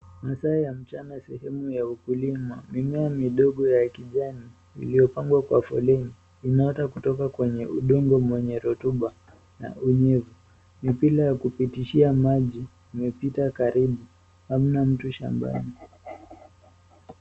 Masaa ya mchana sehemu ya ukulima. Mimea midogo ya kijani, iliyopangwa kwa foleni. Imeota kutoka kwenye udongo mwenye rutuba na unyevu. Mipira ya kupitishia maji, imepita karibu. Hamna mtu shambani.